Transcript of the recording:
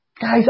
Guys